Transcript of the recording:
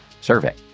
survey